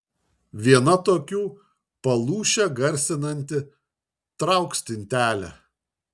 viena tokių palūšę garsinanti trauk stintelę